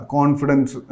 Confidence